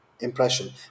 impression